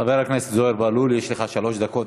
חבר הכנסת זוהיר בהלול, יש לך שלוש דקות.